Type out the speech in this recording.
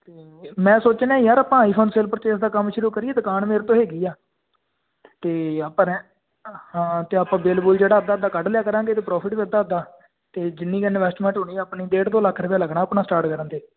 ਅਤੇ ਮੈਂ ਸੋਚਿਆ ਨਾ ਯਾਰ ਆਪਾਂ ਆਈਫੋਨ ਸੇਲ ਪਰਚੇਜ਼ ਦਾ ਕੰਮ ਸ਼ੁਰੂ ਕਰੀਏ ਦੁਕਾਨ ਮੇਰੇ ਤੋਂ ਹੈਗੀ ਆ ਅਤੇ ਆਪਾਂ ਰੈ ਹਾਂ ਅਤੇ ਆਪਾਂ ਬਿਲ ਬੁਲ ਜਿਹੜਾ ਅੱਧਾ ਅੱਧਾ ਕੱਢ ਲਿਆ ਕਰਾਂਗੇ ਅਤੇ ਪ੍ਰੋਫਿਟ ਵੀ ਅੱਧਾ ਅੱਧਾ ਅਤੇ ਜਿੰਨੀ ਕੁ ਇਨਵੈਸਟਮੈਂਟ ਹੋਣੀ ਆਪਣੀ ਡੇਢ ਦੋ ਲੱਖ ਰੁਪਇਆ ਲੱਗਣਾ ਆਪਣਾ ਸਟਾਰਟ ਕਰਨ 'ਤੇ